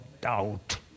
doubt